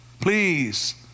please